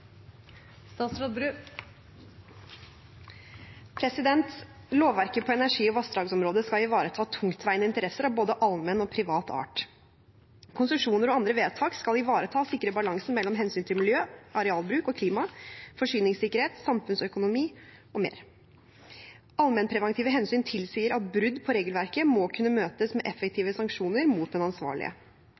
Lovverket på energi- og vassdragsområdet skal ivareta tungtveiende interesser av både allmenn og privat art. Konsesjoner og andre vedtak skal ivareta og sikre balansen mellom hensyn til miljø, arealbruk og klima, forsyningssikkerhet, samfunnsøkonomi m.m. Allmennpreventive hensyn tilsier at brudd på regelverket må kunne møtes med effektive sanksjoner mot den ansvarlige.